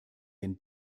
den